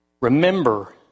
Remember